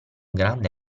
grande